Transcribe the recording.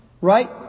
Right